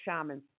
shamans